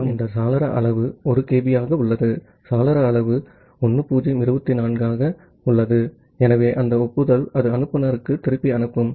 வரிசை மற்றும் இந்த சாளர அளவு 1 kB ஆக உள்ளது சாளர அளவு 1024 ஆக உள்ளது ஆகவே அந்த ஒப்புதல் அது அனுப்புநருக்கு திருப்பி அனுப்பும்